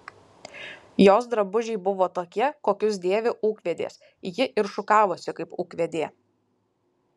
jos drabužiai buvo tokie kokius dėvi ūkvedės ji ir šukavosi kaip ūkvedė